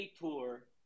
tour